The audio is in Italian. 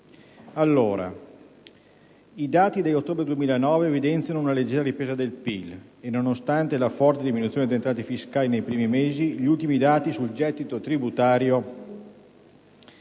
I dati di ottobre 2009 evidenziano una leggera ripresa del PIL. Nonostante la forte diminuzione delle entrate fiscali dei primi mesi, gli ultimi dati sul gettito tributario